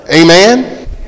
amen